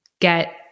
get